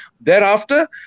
Thereafter